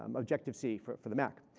um objective c for for the mac.